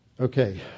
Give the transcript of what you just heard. Okay